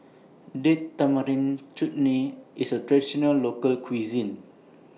Date Tamarind Chutney IS A Traditional Local Cuisine